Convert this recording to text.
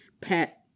pet